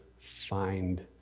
find